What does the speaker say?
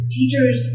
teachers